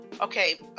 Okay